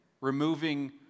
removing